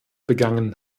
begangen